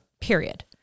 Period